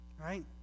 right